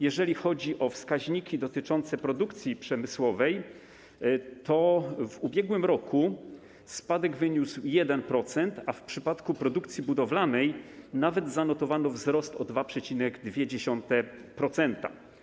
Jeżeli chodzi o wskaźniki dotyczące produkcji przemysłowej, w ubiegłym roku spadek wyniósł 1%, a w przypadku produkcji budowlanej nawet zanotowano wzrost o 2,2%.